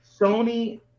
sony